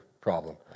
problem